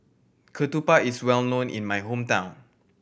Ketupat is well known in my hometown